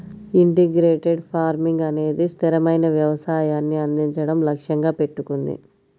integrated farming అనేది స్థిరమైన వ్యవసాయాన్ని అందించడం లక్ష్యంగా పెట్టుకుంది